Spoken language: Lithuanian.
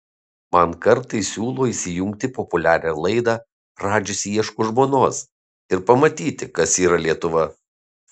man kartais siūlo įsijungti populiarią laidą radžis ieško žmonos ir pamatyti kas yra lietuva